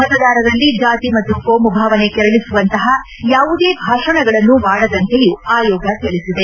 ಮತದಾರರಲ್ಲಿ ಜಾತಿ ಮತ್ತು ಕೋಮುಭಾವನೆ ಕೆರಳಿಸುವಂತಹ ಯಾವುದೇ ಭಾಷಣಗಳನ್ನು ಮಾಡದಂತೆಯೂ ಆಯೋಗ ತಿಳಿಸಿದೆ